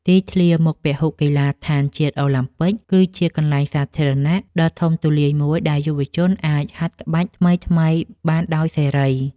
ទីធ្លាមុខពហុកីឡដ្ឋានជាតិអូឡាំពិក គឺជាកន្លែងសាធារណៈដ៏ធំទូលាយមួយ ដែលយុវជនអាចហាត់ក្បាច់ថ្មីៗបានដោយសេរី។